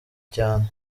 cyane